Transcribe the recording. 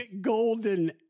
golden